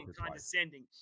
condescending